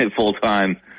full-time